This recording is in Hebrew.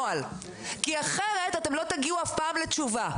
כי אחרת אתם לא תגיעו אף פעם לתשובה.